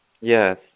Yes